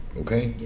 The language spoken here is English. okay?